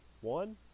one